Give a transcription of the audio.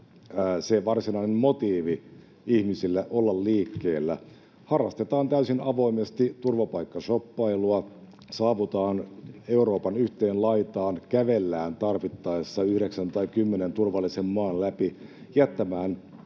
se varsinainen motiivi ihmisillä olla liikkeellä. Harrastetaan täysin avoimesti turvapaikkashoppailua, saavutaan Euroopan yhteen laitaan, kävellään tarvittaessa yhdeksän tai kymmenen turvallisen maan läpi jättämään